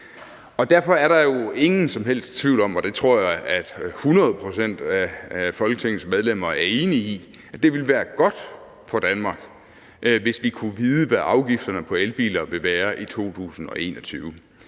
Derfor er der jo ingen som helst tvivl om – og det tror jeg at 100 pct. af folketingsmedlemmerne er enige i – at det ville være godt for Danmark, hvis vi kunne vide, hvad afgifterne på elbiler ville være i 2021.